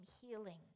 healing